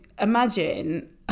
imagine